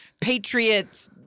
Patriots